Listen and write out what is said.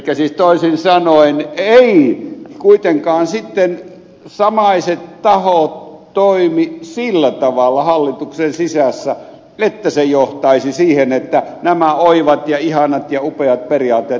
siis toisin sanoen eivät kuitenkaan samaiset tahot toimi sillä tavalla hallituksen sisällä että se johtaisi siihen että nämä oivat ja ihanat ja upeat periaatteet voisivat toteutua